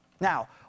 Now